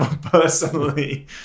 personally